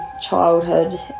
childhood